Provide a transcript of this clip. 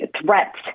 threats